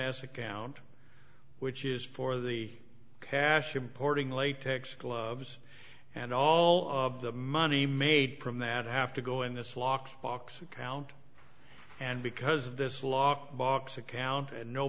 s account which is for the cash importing latex gloves and all of the money made from that have to go in this lock box account and because of this lock box account